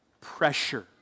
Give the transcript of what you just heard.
pressure